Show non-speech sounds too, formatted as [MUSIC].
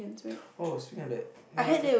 [NOISE] oh speaking of that know last time